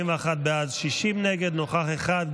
41 בעד, 60 נגד, נוכח אחד.